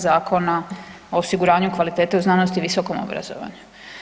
Zakona o osiguranju kvalitete u znanosti i visokom obrazovanju.